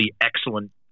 excellent